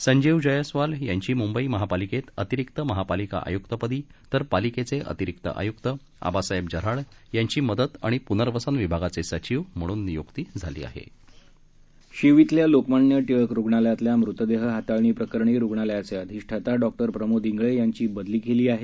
संजीव जयस्वाल यांची मुंबई महापालिकेत अतिरिक्त महापालिका आयुक्तपदी तर पालिकेचे अतिरिक्त आयुक्त आबासाहेब जऱ्हाड यांची मदत आणि पुनर्वसन विभागाचे सचिव म्हणून नियुक्ती झाली आहे शीव इथल्या लोकमान्य टिळक रुगणालयातल्या मृतदेह हाताळणी प्रकरणी रुग्णालयाचे अधिष्ठाता डॉक्टर प्रमोद इंगळे यांची बदली केली आहे